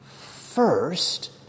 first